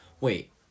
Wait